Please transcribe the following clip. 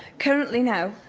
currently now,